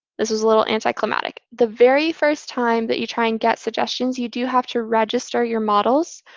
this was a little anticlimactic. the very first time that you try and get suggestions, you do have to register your models.